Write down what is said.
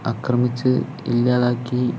അക്രമിച്ച് ഇല്ലാതാക്കി